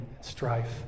strife